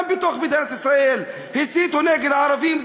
גם בתוך מדינת ישראל: הסיתו נגד הערבים,